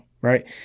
right